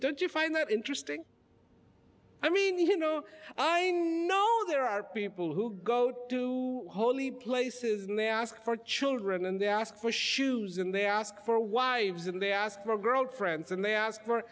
don't you find that interesting i mean you know i know there are people who go to holy places and they ask for children and they ask for shoes and they ask for why didn't they ask for girlfriends and they ask for